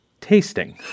tasting